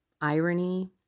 irony